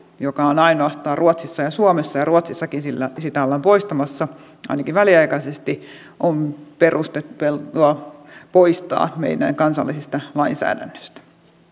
joka on ainoastaan ruotsissa ja suomessa ja ruotsissakin sitä ollaan poistamassa ainakin väliaikaisesti on perusteltua poistaa meidän kansallisesta lainsäädännöstämme